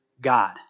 God